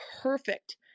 perfect